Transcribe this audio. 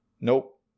Nope